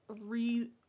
re